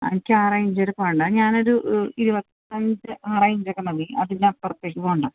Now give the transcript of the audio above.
ആ എനിക്കാ റേയ്ഞ്ചില് പോകേണ്ട ഞാനൊരു ഇരുപത്തിയഞ്ച് ആ റേയ്ഞ്ചൊക്കെ മതി അതിനപ്പുറത്തേക്ക് പോകേണ്ട